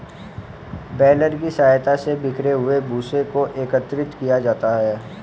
baler की सहायता से बिखरे हुए भूसे को एकत्रित किया जाता है